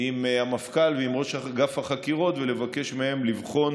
עם המפכ"ל ועם ראש אגף החקירות ולבקש מהם לבחון